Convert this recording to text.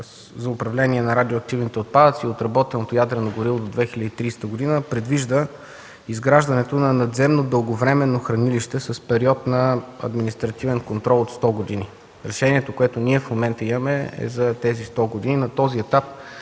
за управление на радиоактивните отпадъци и отработеното ядрено гориво до 2030 г. – предвижда се изграждането на надземно дълговременно хранилище с период на административен контрол от 100 години. Решението, което ние в момента имаме, е за тези 100 години. На този етап